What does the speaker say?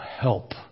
help